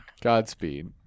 Godspeed